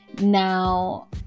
Now